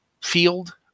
field